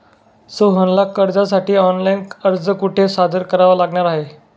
सोहनला कर्जासाठी ऑनलाइन अर्ज कुठे सादर करावा लागणार आहे?